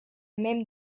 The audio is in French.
même